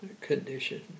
condition